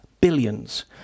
billions